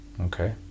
okay